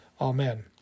Amen